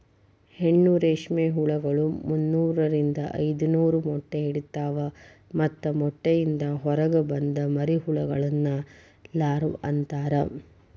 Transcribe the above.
ಹೆಣ್ಣು ರೇಷ್ಮೆ ಹುಳಗಳು ಮುನ್ನೂರಿಂದ ಐದನೂರ ಮೊಟ್ಟೆ ಇಡ್ತವಾ ಮತ್ತ ಮೊಟ್ಟೆಯಿಂದ ಹೊರಗ ಬಂದ ಮರಿಹುಳಗಳನ್ನ ಲಾರ್ವ ಅಂತಾರ